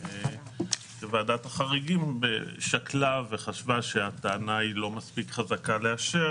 כשוועדת החריגים שקלה וחשבה שהטענה לא מספיק חזקה לאשר